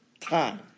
time